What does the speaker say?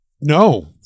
No